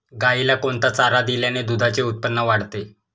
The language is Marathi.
गाईला कोणता चारा दिल्याने दुधाचे उत्पन्न वाढते?